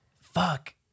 Fuck